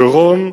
ורון,